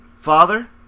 Father